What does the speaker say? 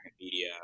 Media